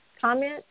Comment